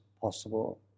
possible